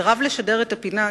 סירב לשדר את הפינה.